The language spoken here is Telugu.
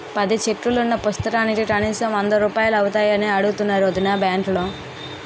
పది చెక్కులున్న పుస్తకానికి కనీసం వందరూపాయలు అవుతాయని అడుగుతున్నారు వొదినా బాంకులో